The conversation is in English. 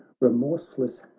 remorseless